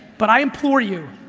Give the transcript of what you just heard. but i implore you,